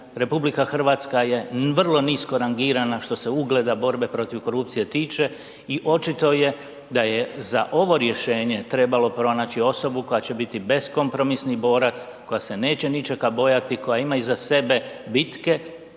institucija, RH je vrlo nisko rangirana što se ugleda, borbe protiv korupcije tiče i očito je da je za ovo rješenje trebalo pronaći osobu koja će biti beskompromisni borac, koja se neće ničega bojati, koja ima iza sebe bitke,